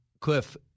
Cliff